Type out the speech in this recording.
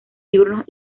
diurnos